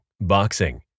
boxing